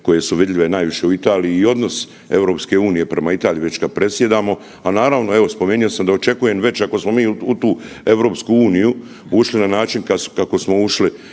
koje su vidljive najviše u Italiji i odnos EU prema Italiji već kada predsjedamo. A naravno evo spomenuo sam da očekujem već ako smo mi u tu EU ušli na način kako smo ušli